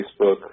Facebook